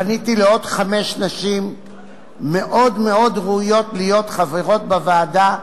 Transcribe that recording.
פניתי לעוד חמש נשים מאוד מאוד ראויות להיות חברות בוועדה,